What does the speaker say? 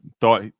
thought